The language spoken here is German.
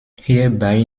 hierbei